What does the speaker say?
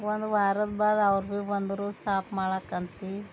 ಒಂದು ವಾರದ ಬಾದ್ ಅವ್ರು ಭೀ ಬಂದರು ಸಾಫ್ ಮಾಡಾಕಂತ